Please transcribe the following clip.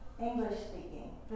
English-speaking